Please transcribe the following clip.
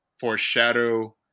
foreshadow